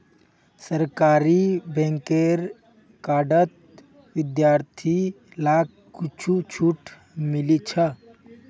सरकारी बैंकेर कार्डत विद्यार्थि लाक कुछु छूट मिलील छ